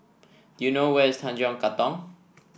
you know where is Tanjong Katong